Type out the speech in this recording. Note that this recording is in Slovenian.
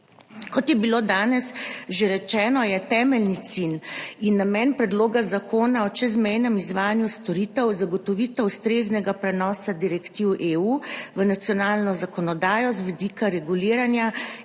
Kot je bilo danes že rečeno, je temeljni cilj in namen Predloga zakona o čezmejnem izvajanju storitev zagotovitev ustreznega prenosa direktiv EU v nacionalno zakonodajo z vidika reguliranja